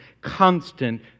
constant